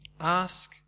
Ask